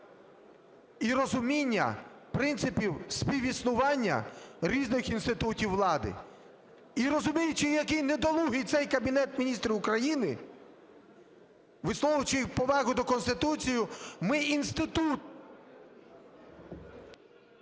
і розуміння принципів співіснування різних інститутів влади. І розуміючи, який недолугий цей Кабінет Міністрів України, висловлюючи повагу до Конституції, ми інститут…